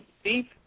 Steve